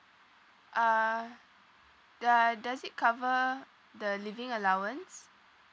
uh the does it cover the living allowance